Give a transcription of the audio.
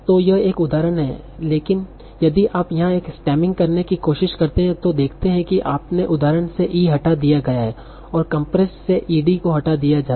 तो यह एक उदाहरण है यदि आप यहां एक स्टेमिंग करने की कोशिश करते हैं तो देखते है आपने उदाहरण से e हटा दिया गया है और कंप्रेस्ड से ed को हटा दिया जाता है